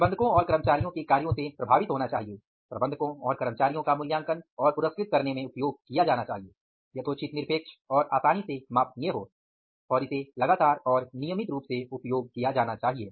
प्रबंधकों और कर्मचारियों के कार्यों से प्रभावित होना चाहिए प्रबंधकों और कर्मचारियों का मूल्यांकन और पुरस्कृत करने में उपयोग किया जाना चाहिए यथोचित निरपेक्ष और आसानी से मापनीय हो और इसे लगातार और नियमित रूप से उपयोग किया जाना चाहिए